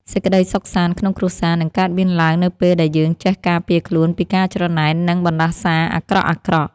សេចក្តីសុខសាន្តក្នុងគ្រួសារនឹងកើតមានឡើងនៅពេលដែលយើងចេះការពារខ្លួនពីការច្រណែននិងបណ្តាសាអាក្រក់ៗ។